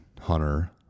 Hunter